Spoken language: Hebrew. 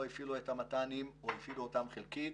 הפעילו את המת"נים או הפעילו אותם חלקית,